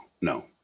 no